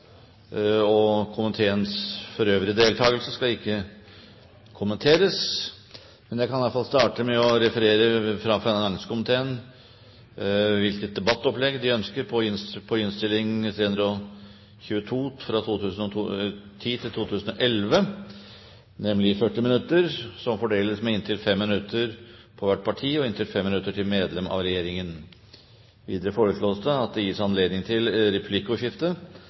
Komiteens øvrige deltakelse skal ikke kommenteres. Men presidenten kan starte med å referere debattopplegget. Etter ønske fra finanskomiteen vil presidenten foreslå at taletiden begrenses til 40 minutter og fordeles med inntil 5 minutter til hvert parti og inntil 5 minutter til medlem av regjeringen. Videre vil presidenten foreslå at det gis anledning til replikkordskifte